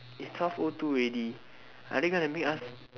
it is twelve o two already are they going to make us